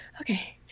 okay